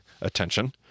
attention